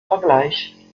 vergleich